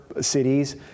cities